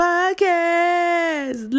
Podcast